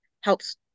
helps